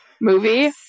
movie